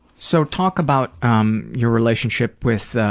so talk about um your relationship with